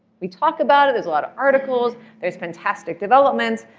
we talk about it. there's a lot of articles. there's fantastic developments.